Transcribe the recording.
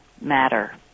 matter